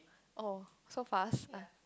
oh so fast